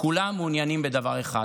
כולם מעוניינים בדבר אחד: